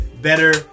better